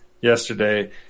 yesterday